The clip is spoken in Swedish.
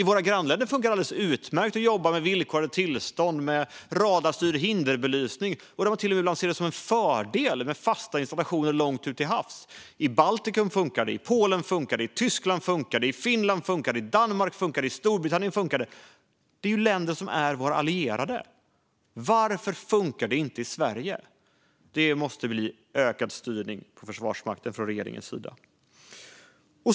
I våra grannländer funkar det alldeles utmärkt att jobba med villkorade tillstånd och radarstyrd hinderbelysning, och de ser det till och med som en fördel med fasta installationer långt ute till havs. I Baltikum, Polen, Tyskland, Finland, Danmark och Storbritannien funkar det, alltså i våra allierade länder. Varför funkar det inte i Sverige? Regeringen måste öka sin styrning av Försvarsmakten.